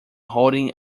holding